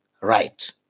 right